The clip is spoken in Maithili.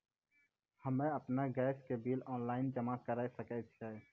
हम्मे आपन गैस के बिल ऑनलाइन जमा करै सकै छौ?